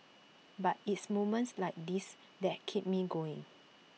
but it's moments like this that keep me going